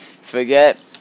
forget